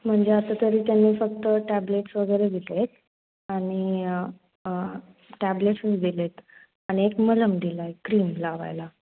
म्हणजे आता तरी त्यांनी फक्त टॅब्लेट्स वगैरे दिलेत आणि टॅबलेट्स दिलेत आणि एक मलम दिला एक क्रीम लावायला